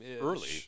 early